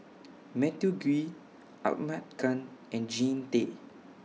Matthew Gui Ahmad Khan and Jean Tay